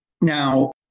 Now